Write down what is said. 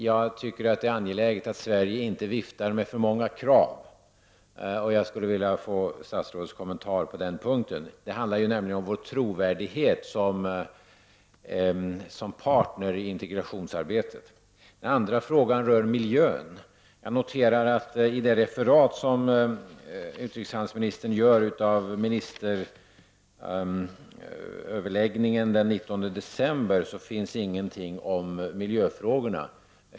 Jag tycker att det är angeläget att Sverige inte viftar med för många krav. Jag skulle vilja ha statsrådets kommentar på den punkten. Det handlar ju om vår trovärdighet som partner i integrationsarbetet. Den andra frågan rör miljön. Jag noterar att i det referat som utrikeshandelsministern gör av ministeröverläggningen den 19 december finns ingenting om miljöfrågorna.